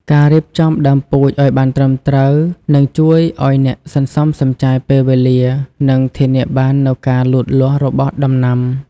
ការរៀបចំដើមពូជឱ្យបានត្រឹមត្រូវនឹងជួយឱ្យអ្នកសន្សំសំចៃពេលវេលា និងធានាបាននូវការលូតលាស់របស់ដំណាំ។